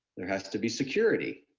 there has to be security.